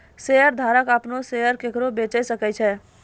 शेयरधारक अपनो शेयर केकरो बेचे सकै छै